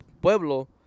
pueblo